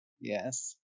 Yes